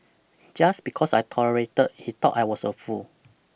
just because I tolerated he thought I was a fool